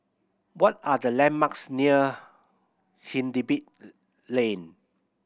what are the landmarks near Hindhede Lane